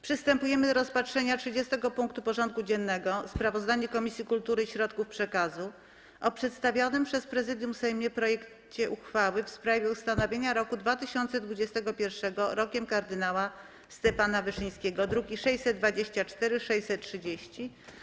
Przystępujemy do rozpatrzenia punktu 30. porządku dziennego: Sprawozdanie Komisji Kultury i Środków Przekazu o przedstawionym przez Prezydium Sejmu projekcie uchwały w sprawie ustanowienia roku 2021 Rokiem kardynała Stefana Wyszyńskiego (druki nr 624 i 630)